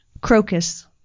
crocus